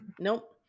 Nope